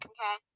Okay